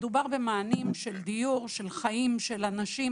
מדובר במענים של דיור, של חיים, של אנשים.